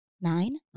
nine